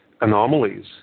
anomalies